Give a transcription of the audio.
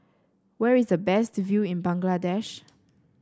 where is the best view in Bangladesh